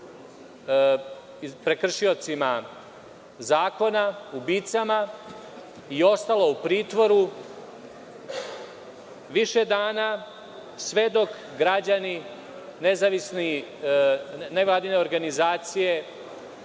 prekršiocima zakona, ubicama, i ostalo u pritvoru više dana sve dok građani, nevladine organizacije